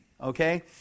okay